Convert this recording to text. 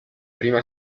prima